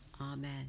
Amen